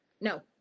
no